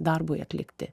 darbui atlikti